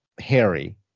harry